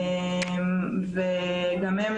וגם הם,